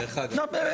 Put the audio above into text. דרך אגב,